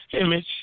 image